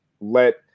let